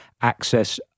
access